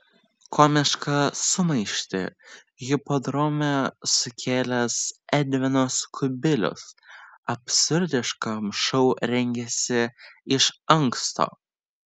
komišką sumaištį hipodrome sukėlęs edvinas kubilius absurdiškam šou rengėsi iš anksto